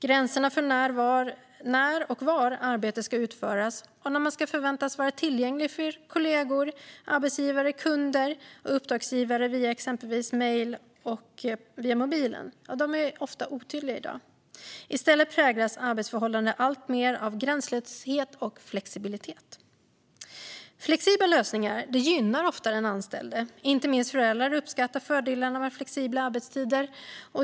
Gränserna för när och var arbetet ska utföras och när man ska förväntas vara tillgänglig för kollegor, arbetsgivare, kunder och uppdragsgivare via exempelvis mejl och mobil är i dag ofta otydliga. I stället präglas arbetsförhållandena alltmer av gränslöshet och flexibilitet. Flexibla lösningar gynnar ofta den anställde. Inte minst föräldrar uppskattar fördelarna med flexibla arbetstider.